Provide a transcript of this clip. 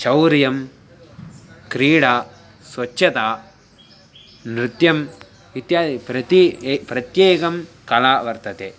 शौर्यं क्रीडा स्वच्छता नृत्यम् इत्यादि प्रति एका प्रत्येका कला वर्तते